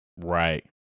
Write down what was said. right